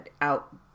out